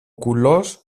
κουλός